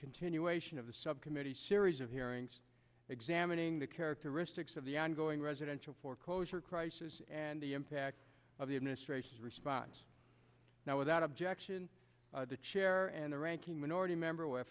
continuation of the subcommittee series of hearings examining the characteristics of the ongoing residential foreclosure crisis and the impact of the administration's response now without objection the chair and the ranking minority member w